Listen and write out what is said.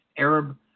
Arab